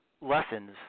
lessons